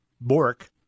Bork